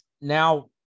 now